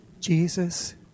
Jesus